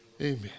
Amen